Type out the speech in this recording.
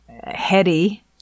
heady